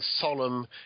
solemn